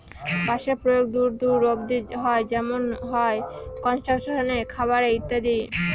বাঁশের প্রয়োগ দূর দূর অব্দি হয় যেমন হয় কনস্ট্রাকশনে, খাবারে ইত্যাদি